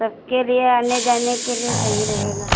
सबके लिए आने जाने के लिए सही रहेगा